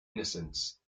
innocence